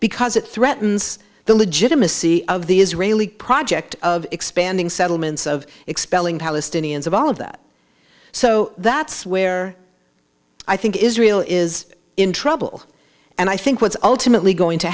because it threatens the legitimacy of the israeli project of expanding settlements of expelling palestinians of all of that so that's where i think israel is in trouble and i think what's ultimately going to